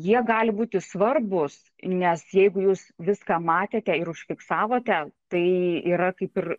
jie gali būti svarbūs nes jeigu jūs viską matėte ir užfiksavote tai yra kaip ir